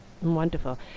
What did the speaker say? Wonderful